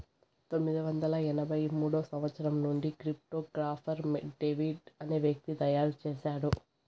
పంతొమ్మిది వందల ఎనభై మూడో సంవచ్చరం నుండి క్రిప్టో గాఫర్ డేవిడ్ అనే వ్యక్తి తయారు చేసాడు